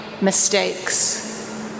mistakes